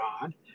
God